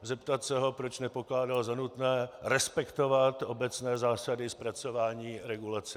Zeptat se ho, proč nepokládal za nutné respektovat obecné zásady zpracování regulace RIA.